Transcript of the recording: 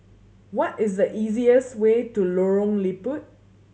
what is the easiest way to Lorong Liput